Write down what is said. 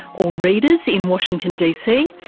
or readers, in washington dc,